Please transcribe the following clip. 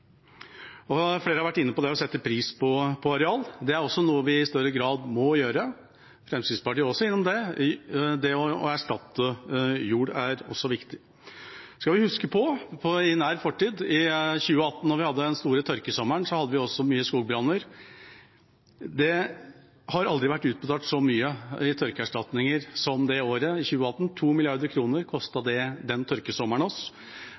Flere har vært inne på det å sette pris på arealer. Det er noe vi i større grad må gjøre. Fremskrittspartiet var også innom det. Det å erstatte jord er også viktig. Så må vi huske på at i nær fortid, i 2018, da vi hadde den store tørkesommeren, hadde vi også mange skogbranner. Det har aldri vært utbetalt så mye i tørkeerstatning som det året, 2018. 2 mrd. kr kostet den tørkesommeren oss.